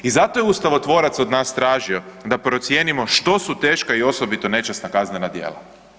I zato je ustavotvorac od nas tražio da procijenimo što su teška i osobito nečasna kaznena djela.